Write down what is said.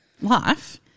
life